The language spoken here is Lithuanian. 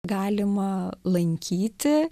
galima lankyti